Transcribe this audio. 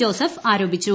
Joseph ആരോപിച്ചു